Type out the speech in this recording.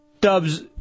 Dubs